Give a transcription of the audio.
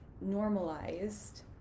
normalized